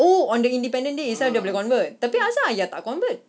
oh on the independence day itself dia boleh convert tapi apasal ayah tak convert